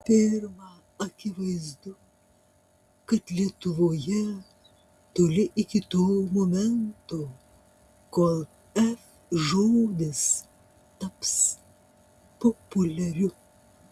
pirma akivaizdu kad lietuvoje toli iki to momento kol f žodis taps populiariu